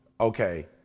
okay